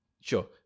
sure